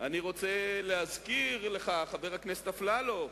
אני רוצה להזכיר לך, חבר הכנסת אפללו,